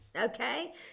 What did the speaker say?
Okay